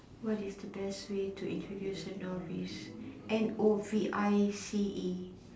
what is the best way to introduce a novice N O V I C E